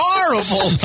Horrible